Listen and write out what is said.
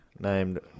named